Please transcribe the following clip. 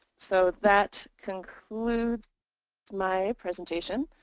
so that concludes my presentation.